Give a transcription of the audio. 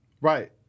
Right